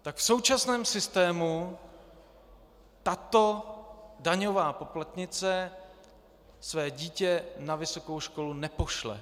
Tak v současném systému tato daňová poplatnice své dítě na vysokou školu nepošle.